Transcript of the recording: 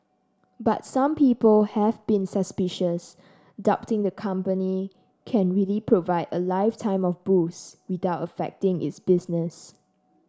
but some people have been suspicious doubting the company can really provide a lifetime of booze without affecting its business